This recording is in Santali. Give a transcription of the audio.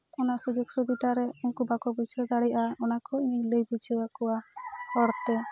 ᱚᱱᱟ ᱥᱩᱡᱳᱜᱽ ᱥᱩᱵᱤᱫᱟ ᱨᱮ ᱩᱱᱠᱩ ᱵᱟᱠᱚ ᱵᱩᱡᱷᱟᱹᱣ ᱫᱟᱲᱮᱭᱟᱜᱼᱟ ᱚᱱᱟ ᱠᱚ ᱤᱧᱤᱧ ᱞᱟᱹᱭ ᱵᱩᱡᱷᱟᱹᱣᱟᱠᱚᱣᱟ ᱦᱚᱲᱛᱮ